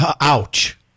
Ouch